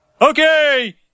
Okay